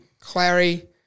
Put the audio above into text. Clary